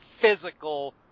physical